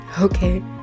okay